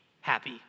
happy